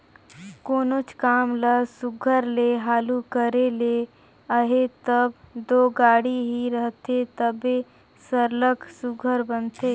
कोनोच काम ल सुग्घर ले हालु करे ले अहे तब दो गाड़ी ही रहथे तबे सरलग सुघर बनथे